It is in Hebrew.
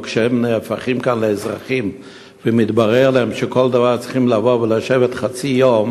או כשהם נהפכים כאן לאזרחים ומתברר להם שבשביל כל דבר